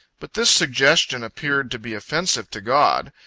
but this suggestion appeared to be offensive to god.